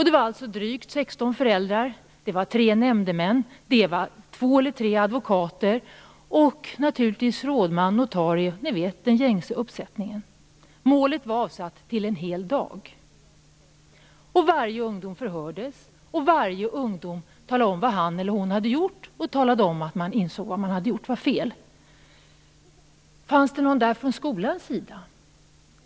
Det var alltså drygt 16 föräldrar, tre nämndemän, två eller tre advokater och naturligtvis rådman, notarie, alltså den gängse uppsättningen. För målet var avsatt en hel dag. Varje ungdom förhördes, och varje ungdom talade om vad han eller hon hade gjort och talade om att man insåg att man hade gjort fel. Fanns det någon där från skolans sida?